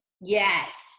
Yes